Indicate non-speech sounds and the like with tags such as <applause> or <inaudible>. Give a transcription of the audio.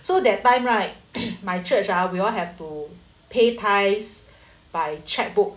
so that time right <noise> my church ah we all have to pay tithe by chequebook